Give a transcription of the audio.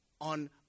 on